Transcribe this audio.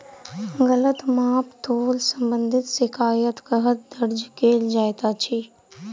गलत माप तोल संबंधी शिकायत कतह दर्ज कैल जाइत अछि?